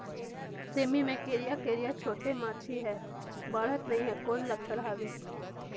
सेमी मे करिया करिया छोटे माछी हे बाढ़त नहीं हे कौन लक्षण हवय?